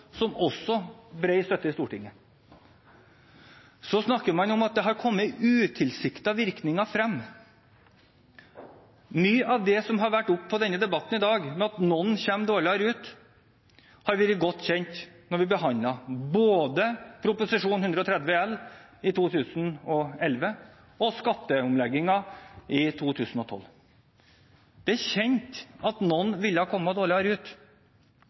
som også hadde bred støtte i Stortinget. Så snakker man om at det har kommet frem utilsiktede virkninger. Mye av det som har vært oppe i debatten i dag, at noen kommer dårligere ut, var godt kjent da vi behandlet både Prop. 130 L i 2011 og skatteomleggingen i 2012. Det var kjent at noen ville komme dårligere ut.